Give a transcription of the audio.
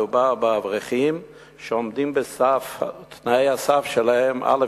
מדובר באברכים שעומדים בתנאי הסף: א.